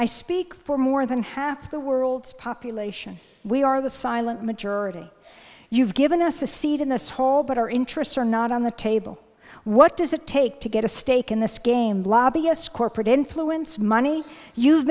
i speak for more than half the world's population we are the silent majority you've given us a seat in this hall but our interests are not on the table what does it take to get a stake in this game lobbyist corporate influence money you've